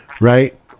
right